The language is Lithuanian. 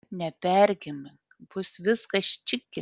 nepergyvenk bus viskas čiki